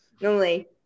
normally